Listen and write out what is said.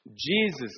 Jesus